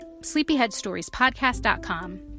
sleepyheadstoriespodcast.com